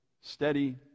Steady